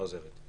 העוזרת.